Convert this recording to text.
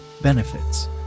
benefits